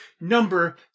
number